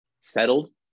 settled